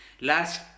Last